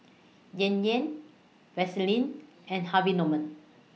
Yan Yan Vaseline and Harvey Norman